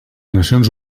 nacions